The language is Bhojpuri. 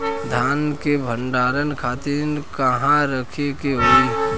धान के भंडारन खातिर कहाँरखे के होई?